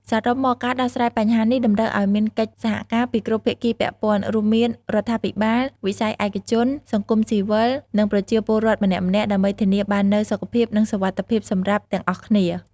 សរុបមក ការដោះស្រាយបញ្ហានេះតម្រូវឱ្យមានកិច្ចសហការពីគ្រប់ភាគីពាក់ព័ន្ធ រួមមាន រដ្ឋាភិបាល វិស័យឯកជន សង្គមស៊ីវិល និងប្រជាពលរដ្ឋម្នាក់ៗ ដើម្បីធានាបាននូវសុខភាព និងសុវត្ថិភាពសម្រាប់ទាំងអស់គ្នា។